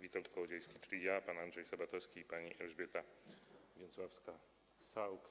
Witold Kołodziejski, czyli ja, pan Andrzej Sabatowski i pani Elżbieta Więcławska-Sauk.